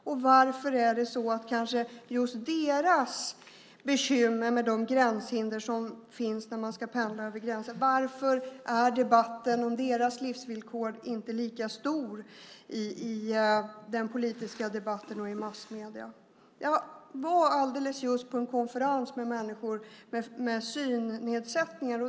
Och varför är debatten om just deras bekymmer med de gränshinder som finns när man ska pendla över gränserna och om deras livsvillkor inte lika stor i politiken och i massmedierna? Jag var alldeles nyss på en konferens med människor med synnedsättning.